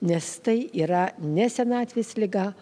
nes tai yra ne senatvės liga